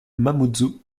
mamoudzou